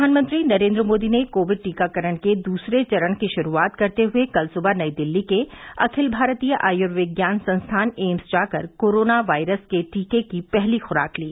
प्रधानमंत्री नरेन्द्र मोदी ने कोविड टीकाकरण के दूसरे चरण की शुरूआत करते हुए कल सुबह नई दिल्ली के अखिल भारतीय आयुर्विज्ञान संस्थान एम्स जाकर कोरोना वायरस के टीके की पहली खुराक ली